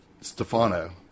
Stefano